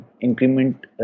increment